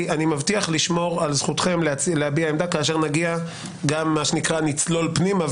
אני מבטיח לשמור על זכותכם להביע עמדה כאשר נצלול פנימה,